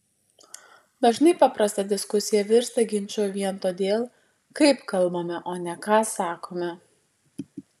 dažnai paprasta diskusija virsta ginču vien todėl kaip kalbame o ne ką sakome